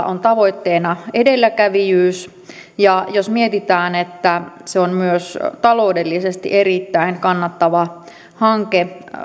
on tavoitteena edelläkävijyys ja jos mietitään niin se on myös taloudellisesti erittäin kannattava hanke